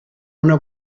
una